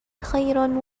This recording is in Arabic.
خير